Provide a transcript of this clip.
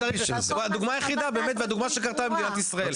דוגמה יחידה באמת, וזו דוגמה שקרתה למדינת ישראל.